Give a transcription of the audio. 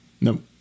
No